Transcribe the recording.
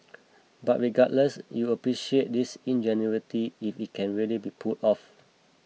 but regardless you'd appreciate its ingenuity if it can really be pulled off